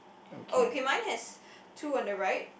oh okay mine has two on the right